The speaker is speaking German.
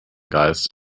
geist